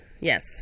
yes